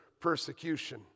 persecution